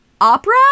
opera